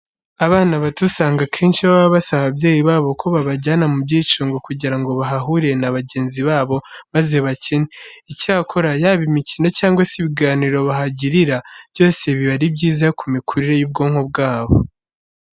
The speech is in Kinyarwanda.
Abana bato usanga akenshi baba basaba ababyeyi babo ko babajyana mu byicungo kugira ngo bahahurire na bagenzi babo maze bakine. Icyakora, yaba imikino cyangwa se ibiganiro bahagirira byose biba ari byiza ku mikurire y'ubwonko bwabo.